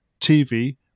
TV